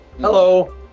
Hello